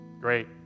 Great